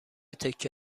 تکه